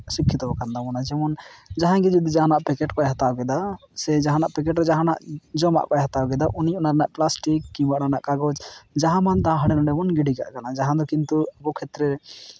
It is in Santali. ᱥᱤᱠᱠᱷᱤᱛᱚ ᱟᱠᱟᱱ ᱛᱟᱵᱚᱱᱟ ᱡᱮᱢᱚᱱ ᱡᱟᱦᱟᱸᱭ ᱜᱮ ᱡᱩᱫᱤ ᱡᱟᱦᱟᱱᱟᱜ ᱯᱮᱠᱮᱴ ᱠᱚᱭ ᱦᱟᱛᱟᱣ ᱠᱮᱫᱟ ᱥᱮ ᱡᱟᱦᱟᱱᱟᱜ ᱯᱮᱠᱮᱴ ᱨᱮ ᱡᱟᱦᱟᱱᱟᱜ ᱡᱚᱢᱟᱜ ᱠᱚᱭ ᱦᱟᱛᱟᱣ ᱠᱮᱫᱟ ᱩᱱᱤ ᱚᱱᱟ ᱨᱮᱱᱟᱜ ᱯᱞᱟᱥᱴᱤᱠ ᱠᱤᱢᱵᱟ ᱚᱱᱟ ᱨᱮᱱᱟᱜ ᱠᱟᱜᱚᱡᱽ ᱡᱟᱦᱟᱸ ᱢᱟᱱ ᱛᱟᱦᱟᱸ ᱦᱟᱰᱮ ᱱᱟᱰᱮ ᱵᱚᱱ ᱜᱤᱰᱤ ᱠᱟᱜ ᱠᱟᱱᱟ ᱡᱟᱦᱟᱸ ᱫᱚ ᱠᱤᱱᱛᱩ ᱟᱵᱚ ᱠᱷᱮᱛᱨᱮ ᱨᱮ